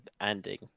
ending